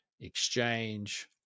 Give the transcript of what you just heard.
exchange